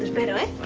right away.